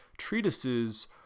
treatises